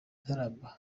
ntarama